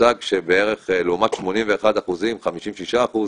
הוצג שלעומת 81% 56%